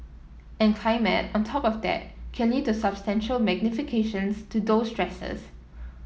and climate on top of that can lead to substantial magnifications to those stresses